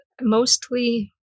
mostly